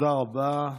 תודה רבה.